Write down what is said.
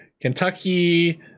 kentucky